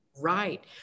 Right